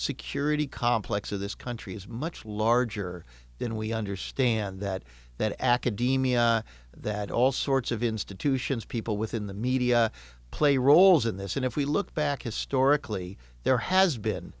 security complex of this country is much larger than we understand that that academia that all sorts of institutions people within the media play roles in this and if we look back historically there has been